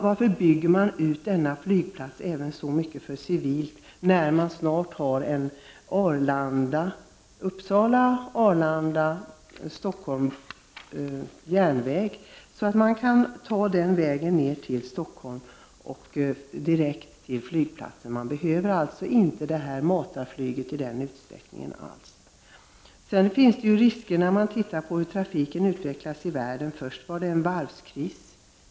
Varför bygger man ut denna flygplats så mycket även för det civila flyget när man snart har en Uppsala-Arlanda—- Stockholm-järnväg som kan användas för transporter till Stockholm och sedan direkt till flygplatsen? Detta matarflyg behövs alltså inte alls i denna utsträckning. Det finns ju även risker när man ser på hur trafiken i världen utvecklas. Först var det en varvskris.